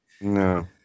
No